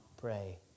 pray